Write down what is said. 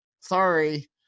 Sorry